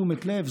תשומת לב,